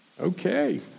Okay